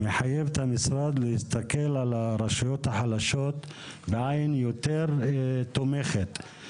מחייבים את המשרד להסתכל על הרשויות החלשות בעין יותר תומכת.